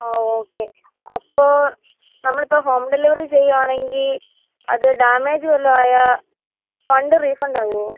ആ ഓക്കെ അപ്പോൾ നമ്മളിപ്പോൾ ഹോം ഡെലിവറി ചെയ്യുകയാണെങ്കിൽ അത് ഡാമേജ് വല്ലതും ആയാൽ ഫണ്ട് റീഫണ്ടാവുമോ